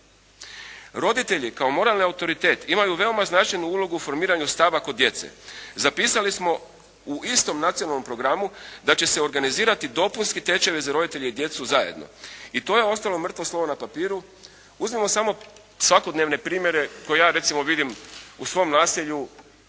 Roditelji, kao moralni autoritet imaju veoma značajnu ulogu u formiranju stava kod djece. Zapisali smo u isto nacionalnom programu da će se organizirati dopunski tečajevi za roditelje i djecu zajedno. I to je ostalo mrtvo slovo na papiru. Uzmimo samo svakodnevne primjere koje, ja recimo vidimo u svom naselju,